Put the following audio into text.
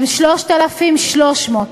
הם 3,300: